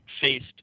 faced